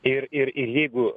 ir ir ir jeigu